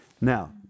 Now